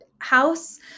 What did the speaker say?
House